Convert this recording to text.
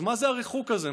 אז מה זה הריחוק הזה?